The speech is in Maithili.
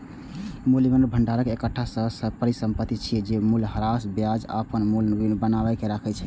मूल्यक भंडार एकटा परिसंपत्ति छियै, जे मूल्यह्रासक बजाय अपन मूल्य बनाके राखै छै